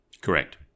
Correct